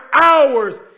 hours